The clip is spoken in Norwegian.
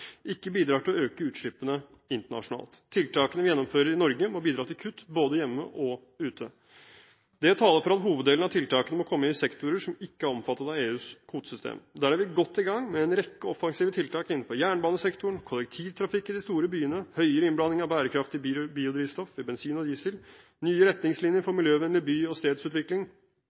ikke bidrar til å øke utslippene internasjonalt. Tiltakene vi gjennomfører i Norge, må bidra til kutt både hjemme og ute. Det taler for at hoveddelen av tiltakene må komme i sektorer som ikke er omfattet av EUs kvotesystem. Der er vi godt i gang med en rekke offensive tiltak innenfor jernbanesektoren, kollektivtrafikken i de store byene, høyere innblanding av bærekraftig biodrivstoff i bensin og diesel, nye retningslinjer for miljøvennlig by- og stedsutvikling,